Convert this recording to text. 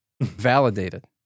Validated